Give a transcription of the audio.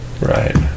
Right